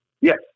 yes